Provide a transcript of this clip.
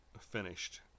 finished